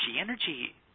energy